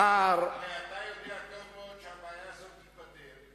רק צריך לדייק בעובדות.